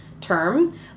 term